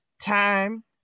time